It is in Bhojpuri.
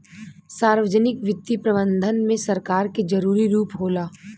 सार्वजनिक वित्तीय प्रबंधन में सरकार के जरूरी रूप होला